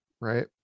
right